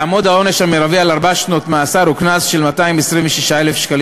יהיה העונש המרבי ארבע שנות מאסר וקנס של 226,000 ש"ח.